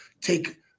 take